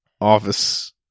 office